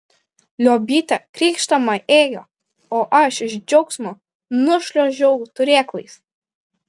liobytė krykšdama ėjo o aš iš džiaugsmo nušliuožiau turėklais